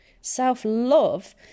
Self-love